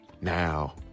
Now